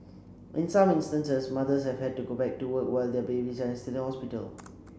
in some instances mothers have had to go back to work while their babies are still in hospital